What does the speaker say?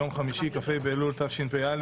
יום חמישי כ"ה באלול התשפ"א,